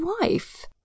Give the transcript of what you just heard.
wife